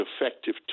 effective